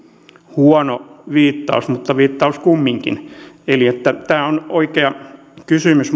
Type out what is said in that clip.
huono viittaus mutta viittaus kumminkin eli tämä on oikea kysymys